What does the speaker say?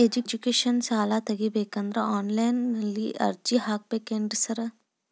Education ಸಾಲ ತಗಬೇಕಂದ್ರೆ online ನಲ್ಲಿ ಅರ್ಜಿ ಹಾಕ್ಬೇಕೇನ್ರಿ ಸಾರ್?